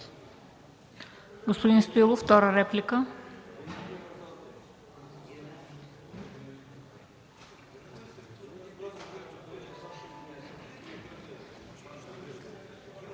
Господин Стоилов – втора реплика.